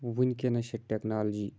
وٕنکیٚنَس چھِ ٹٮ۪کنالجی